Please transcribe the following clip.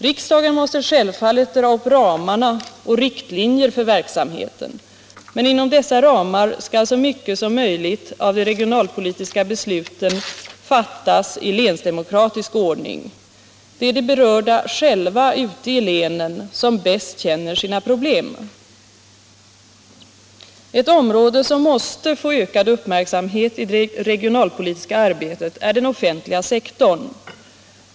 Riksdagen måste självfallet dra upp ramar och riktlinjer för verksamheten, men inom dessa ramar skall så mycket som möjligt av de regionalpolitiska besluten fattas i länsdemokratisk ordning. Det är de berörda själva ute i länen som bäst känner sina problem. Ett område som måste få ökad uppmärksamhet i det regionalpolitiska arbetet är den offentliga sektorn.